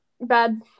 Bad